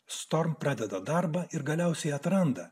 storų pradeda darbą ir galiausiai atranda